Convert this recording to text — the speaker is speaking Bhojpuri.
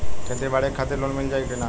खेती बाडी के खातिर लोन मिल जाई किना?